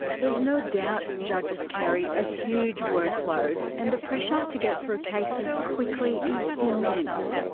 there's no doubt judges carry a huge workload and the pressure to get through cases quickly is immense.